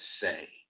say